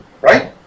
Right